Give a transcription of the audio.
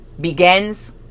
begins